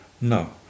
No